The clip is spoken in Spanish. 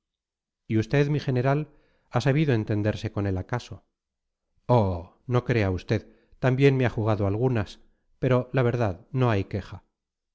y usted mi general ha sabido entenderse con el acaso oh no crea usted también me ha jugado algunas pero la verdad no hay queja